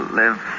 live